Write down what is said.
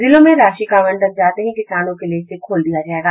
जिलों में राशि का आवंटन जाते ही किसानों के लिये इसे खोल दिया जायेगा